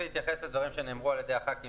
אתייחס לדברים שנאמרו על-ידי חברי הכנסת.